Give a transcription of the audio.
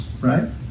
right